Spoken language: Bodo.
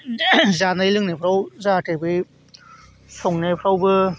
जानाय लोंनायफ्राव जाहाथे बै संनायफ्रावबो